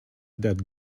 that